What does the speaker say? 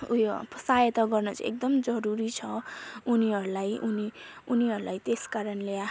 उयो सहायता गर्न चाहिँ एकदम जरुरी छ उनीहरूलाई उनी उनीहरूलाई त्यस कारणले